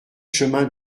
chemin